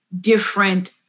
different